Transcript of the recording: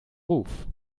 ruf